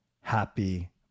happy